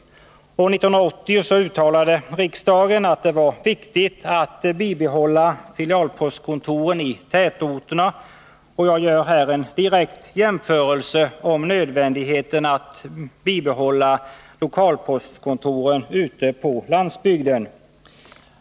År 1980 uttalade riksdagen att det var viktigt att bibehålla filialpostkontoren i tätorterna, och jag gör här en direkt jämförelse om nödvändigheten att bibehålla lokalpostkontoren ute på landsbygden.